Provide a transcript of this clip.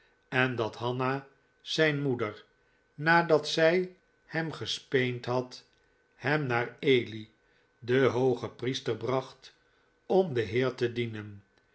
en dat hanna zijn moeder nadat zij hem gespeend had hem naar eli den hoogepriester bracht om den heer te dienen